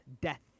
death